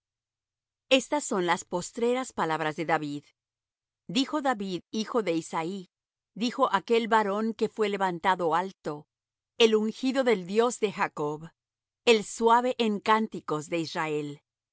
estas son las postreras palabras de david dijo david hijo de isaí dijo aquel varón que fué levantado alto el ungido del dios de jacob el suave en cánticos de israel